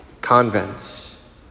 convents